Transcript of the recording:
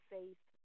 Faith